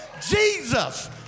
Jesus